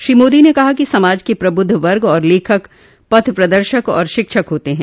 श्री मोदी ने कहा कि समाज के प्रबुद्ध वर्ग और लेखक पथ प्रदर्शक और शिक्षक होते हैं